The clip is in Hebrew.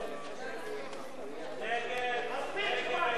מי נמנע?